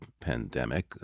pandemic